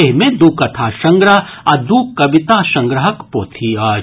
एहि मे दू कथा संग्रह आ दू कविता संग्रहक पोथी अछि